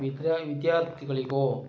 ವಿದ್ಯಾರ್ತಿಗಳಿಗೂ